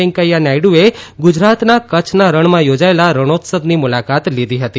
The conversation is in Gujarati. વેંકૈયા નાયડુએ ગુજરાતના કચ્છના રણમાં યોજાયેલા રણોત્સવની મુલાકાત લીધી હતી